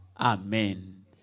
Amen